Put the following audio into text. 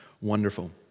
wonderful